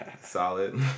Solid